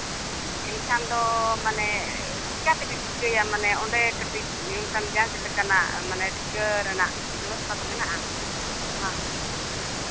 ᱮᱱᱠᱷᱟᱱ ᱫᱚ ᱢᱟᱱᱮ ᱪᱤᱠᱟᱹ ᱛᱮᱞᱤᱧ ᱴᱷᱤᱠᱟᱹᱭᱟ ᱚᱸᱰᱮ ᱠᱟᱹᱴᱤᱡ ᱚᱱᱠᱟᱱ ᱡᱟᱡᱽ ᱞᱮᱠᱟᱱᱟᱜ ᱴᱷᱤᱠᱟᱹ ᱨᱮᱱᱟᱜ ᱵᱮᱵᱚᱥᱛᱷᱟ ᱠᱚ ᱢᱮᱱᱟᱜᱼᱟ ᱵᱟᱝ